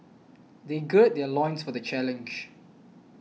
they gird their loins for the challenge